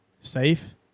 safe